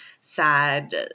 sad